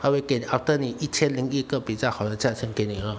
他会给你 after 你一千零一个比较好的价钱给你咯